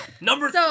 Number